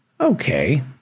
Okay